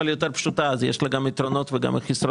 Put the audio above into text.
אבל היא יותר פשוטה אז יש לה גם יתרונות וגם חסרונות